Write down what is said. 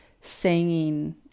singing